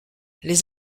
les